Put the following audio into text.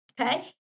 okay